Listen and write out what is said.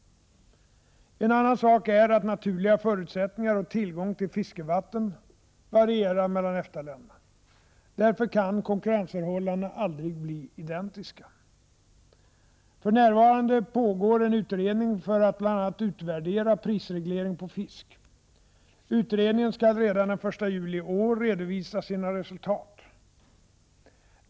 En annan sak är att naturliga förutsättningar och tillgång till fiskevatten varierar mellan EFTA-länderna. Därför kan konkurrensförhållandena aldrig bli identiska. För närvarande pågår en utredning för att bl.a. utvärdera prisregleringen på fisk. Utredningen skall redan den 1 juli i år redovisa sina resultat.